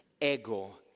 Ego